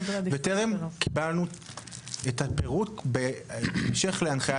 וטרם קיבלנו את הפירוט - בהמשך להנחיית